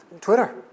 Twitter